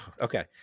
Okay